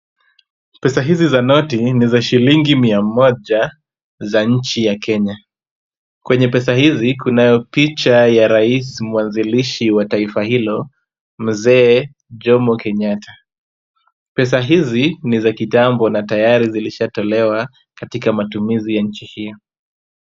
Pesa hizi za noti ni za shilingi mia moja za nchi ya Kenya. Kwenye pesa hizi, kunayo picha ya rais mwanzilishi wa taifa hilo, Mzee Jomo Kenyatta. Pesa hizi ni za kitambo na tayari zilishatolewa katika matumizi ya nchi hiyo.